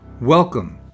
Welcome